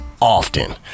often